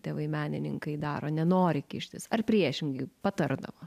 tėvai menininkai daro nenori kištis ar priešingai patardavo